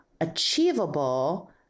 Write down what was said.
achievable